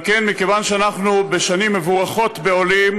על כן, מכיוון שאנחנו בשנים מבורכות בעולים,